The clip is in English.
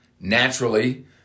naturally